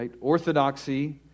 Orthodoxy